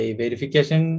verification